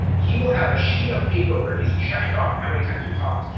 he will have a sheet of paper where he's checked off how many times you've talked,